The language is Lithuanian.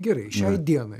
gerai šiai dienai